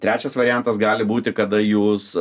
trečias variantas gali būti kada jūs